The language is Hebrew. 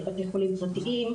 בתי חולים פרטיים,